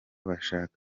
bashaka